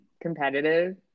competitive